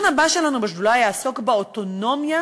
יעסוק באוטונומיה